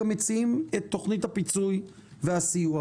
גם מציעים את תוכנית הפיצוי והסיוע,